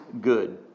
good